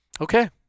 Okay